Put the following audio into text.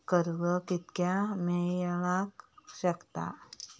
कर्ज कितक्या मेलाक शकता?